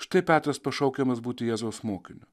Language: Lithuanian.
štai petras pašaukiamas būti jėzaus mokiniu